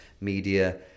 media